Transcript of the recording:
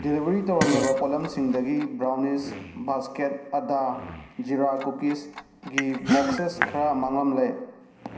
delivery ꯇꯧꯔꯝꯂꯕ ꯄꯣꯠꯂꯝꯁꯤꯡꯗꯒꯤ brownies basket ꯑꯗꯥ ꯓꯤꯔꯥ ꯀꯨꯀꯤꯁꯒꯤ ꯕꯣꯛꯁꯦꯁ ꯈꯔ ꯃꯥꯡꯂꯝꯂꯦ